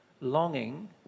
longing